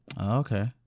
Okay